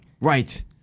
Right